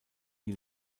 die